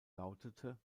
lautete